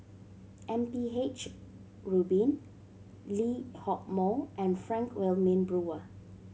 M P H Rubin Lee Hock Moh and Frank Wilmin Brewer